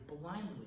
blindly